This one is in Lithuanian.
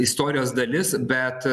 istorijos dalis bet